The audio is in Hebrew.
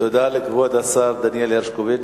תודה לכבוד השר דניאל הרשקוביץ.